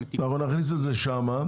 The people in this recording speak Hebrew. נכניס את זה שם.